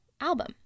album